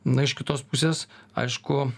na iš kitos pusės aišku